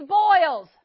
boils